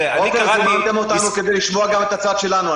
עפר, זימנתם אותנו כדי לשמוע גם את הצד שלנו.